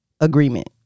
agreement